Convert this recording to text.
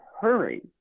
hurry